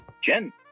Jen